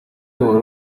wari